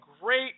great